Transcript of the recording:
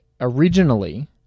Originally